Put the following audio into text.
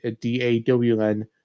D-A-W-N